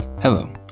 Hello